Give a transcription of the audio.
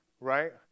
right